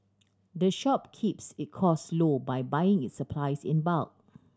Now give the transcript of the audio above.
the shop keeps it costs low by buying its supplies in bulk